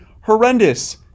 horrendous